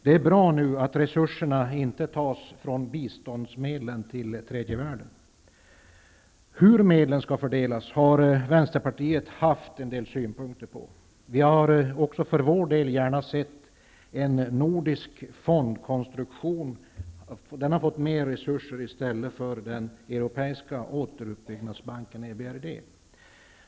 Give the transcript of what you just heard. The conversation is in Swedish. Det är bra att resurserna nu inte tas från biståndsmedlen till tredje världen. Vänsterpartiet har haft en del synpunkter på hur medlen skall fördelas. Vi hade också för vår del gärna sett att en nordisk fondkonstruktion fått mer resurser i stället för den europeiska återuppbyggnadsbanken EBRD.